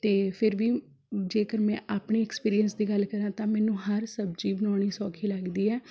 ਅਤੇ ਫਿਰ ਵੀ ਜੇਕਰ ਮੈਂ ਆਪਣੇ ਐਕਸਪੀਰੀਅੰਸ ਦੀ ਗੱਲ ਕਰਾਂ ਤਾਂ ਮੈਨੂੰ ਹਰ ਸਬਜ਼ੀ ਬਣਾਉਣੀ ਸੌਖੀ ਲੱਗਦੀ ਹੈ